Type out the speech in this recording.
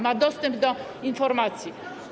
Ma dostęp do informacji.